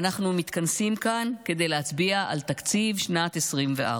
אנחנו מתכנסים כאן כדי להצביע על תקציב שנת 2024,